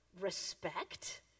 respect